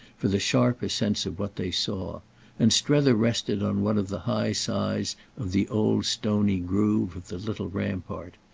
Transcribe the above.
for the sharper sense of what they saw and strether rested on one of the high sides of the old stony groove of the little rampart.